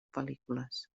pel·lícules